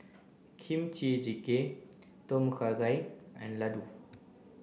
Kimchi Jjigae Tom Kha Gai and Ladoo